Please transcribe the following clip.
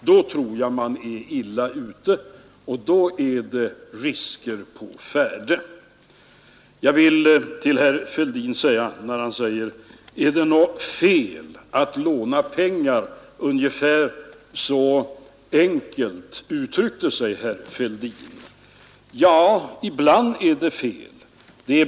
Då tror jag att man är illa ute och då är det risker på färde Herr Fälldin frågar om det är något fel att låna pengar — ungefä enkelt uttryckte sig herr Fälldin. Ja, ibland är det fel.